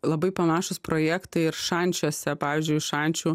labai panašūs projektai ir šančiuose pavyzdžiui šančių